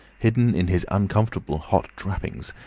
hidden in his uncomfortable hot wrappings,